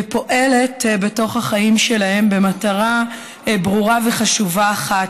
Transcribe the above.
ופועלת בתוך החיים שלהם במטרה ברורה וחשובה אחת,